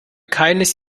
keines